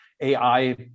AI